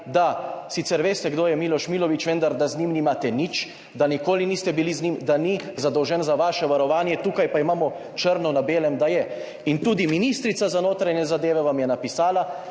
da sicer veste, kdo je Miloš Milović, vendar da z njim nimate nič, da nikoli niste bili z njim, da ni zadolžen za vaše varovanje, tukaj pa imamo črno na belem, da je. In tudi ministrica za notranje zadeve vam je napisala,